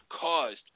caused